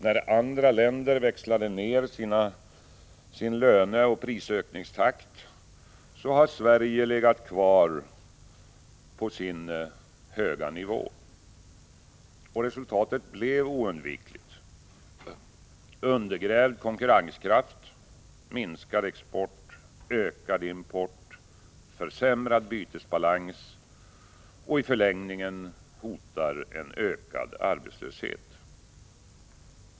När andra länder växlade ner sin löneoch prisökningstakt har Sverige legat kvar på sin höga nivå. Resultatet blev oundvikligt: undergrävd konkurrenskraft, minskad export, ökad import, försämrad bytesbalans. Och i förlängningen hotar en ökad arbetslöshet.